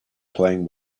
playing